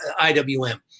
IWM